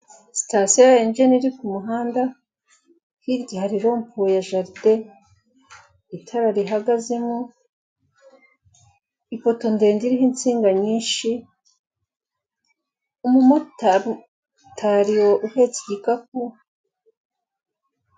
Sitasiyo ya enjeni iri ku ku muhanda hirya hari rompuwe ya jaride itara rihagazemo, ipoto ndende iriho insinga nyinshi, umumotari uhetse igikapu.